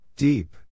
Deep